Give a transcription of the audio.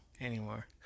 anymore